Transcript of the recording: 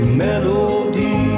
melody